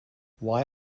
why